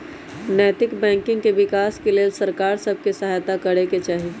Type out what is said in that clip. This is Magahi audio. नैतिक बैंकिंग के विकास के लेल सरकार सभ के सहायत करे चाही